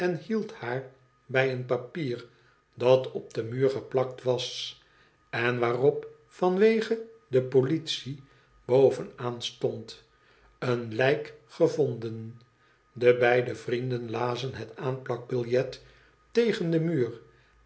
haar bij een papier dat op den mum geplakt was en waarop vanwege de politie bovenaan stond een lijk gevonden de beide vrienden lazen het aanplakbiljet ten den muur